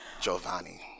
Giovanni